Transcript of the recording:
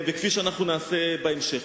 כפי שאנחנו נעשה בהמשך.